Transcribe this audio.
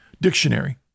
Dictionary